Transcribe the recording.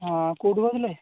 ହଁ କେଉଁଠୁ କହୁଥିଲେ